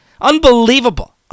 Unbelievable